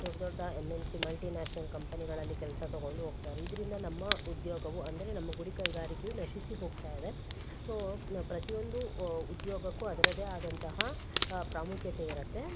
ದೊಡ್ಡ ದೊಡ್ಡ M N C multinational ಕಂಪನಿಗಳಲ್ಲಿ ಕೆಲಸ ತಗೊಂಡು ಹೋಗ್ತಾರೆ ಇದರಿಂದ ನಮ್ಮ ಉದ್ಯೋಗವು ಅಂದರೆ ನಮ್ಮ ಗುಡಿ ಕೈಗಾರಿಕೆಯು ನಶಿಸಿ ಹೋಗ್ತಾ ಇದೆ ಸೊ ನಾವು ಪ್ರತಿ ಒಂದು ಉದ್ಯೋಗಕ್ಕು ಅದ್ರದ್ದೆ ಆದಂತಹ ಪ್ರಾಮುಖ್ಯತೆ ಇರುತ್ತೆ